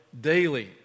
daily